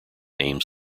aims